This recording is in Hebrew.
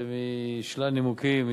משלל נימוקים.